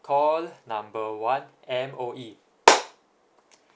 call number one M_O_E